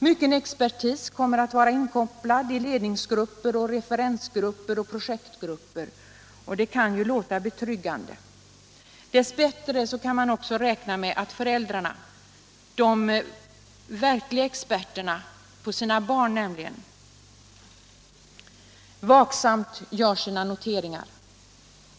Mycken expertis kommer att inkopplas i ledningsgrupper, referensgrupper och projektgrupper, och det kan ju låta betryggande. Dess bättre kan man också räkna med att föräldrarna, de verkliga experterna när det gäller de egna barnen, vaksamt gör sina noteringar.